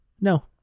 No